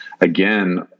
again